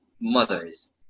mothers